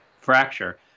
fracture